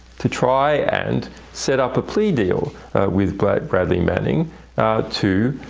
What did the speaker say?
to try and set up a plea deal with brad bradley manning to